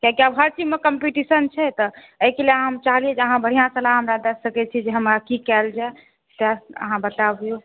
किएकि आब हर चीजमे कम्पटीशन छै तऽ एहिके लेल हम चाहलियै जे अहाँ बढ़िऑं सलाह हमरा दय सकै छी जे हमरा की कयल जाए सएह अहाँ बताबू